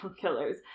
killers